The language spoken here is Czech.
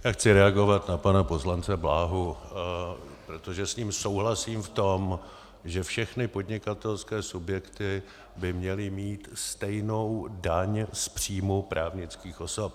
Já chci reagovat na poslance Bláhu, protože s ním souhlasím v tom, že všechny podnikatelské subjekty by měly mít stejnou daň z příjmů právnických osob.